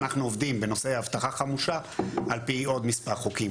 אנחנו עובדים בנושא אבטחה חמושה על פי עוד מספר חוקים,